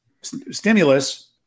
stimulus